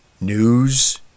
news